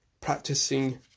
practicing